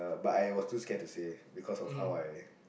but I was too scared to say because of how I